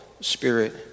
spirit